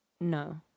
No